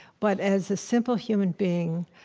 but as a simple human being,